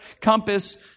compass